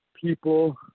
people